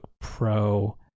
Pro